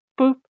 boop